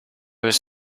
was